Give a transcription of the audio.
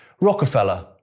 Rockefeller